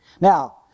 Now